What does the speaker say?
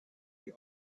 the